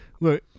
Look